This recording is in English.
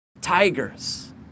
tigers